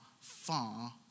far